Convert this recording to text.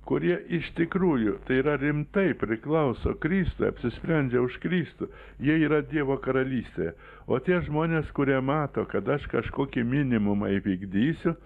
kurie iš tikrųjų tai yra rimtai priklauso kristui apsisprendžia už kristų jie yra dievo karalystėje o tie žmonės kurie mato kad aš kažkokį minimumą įvykdysiu